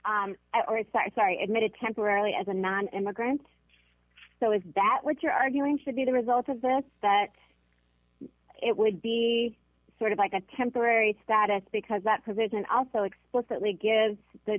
our sorry admitted temporarily as a nonimmigrant so is that what you're arguing should be the result of that that it would be sort of like a temporary status because that provision also explicitly gives the